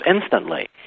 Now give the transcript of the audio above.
instantly